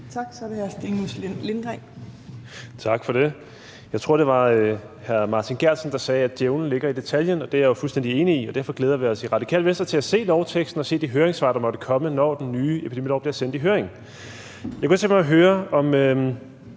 Kl. 14:47 Stinus Lindgreen (RV): Tak for det. Jeg tror, det var hr. Martin Geertsen, der sagde, at djævlen ligger i detaljen. Det er jeg jo fuldstændig enig i, og derfor glæder vi os i Radikale Venstre til at se lovteksten og se de høringssvar, der måtte komme, når den nye epidemilov bliver sendt i høring. Jeg kunne godt tænke mig